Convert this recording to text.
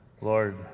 Lord